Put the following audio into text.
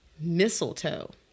Mistletoe